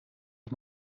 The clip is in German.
auf